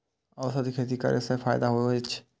औषधि खेती करे स फायदा होय अछि?